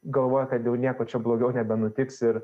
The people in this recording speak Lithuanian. galvoja kad jau nieko čia blogiau nebenutiks ir